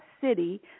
city